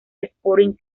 sporting